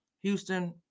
Houston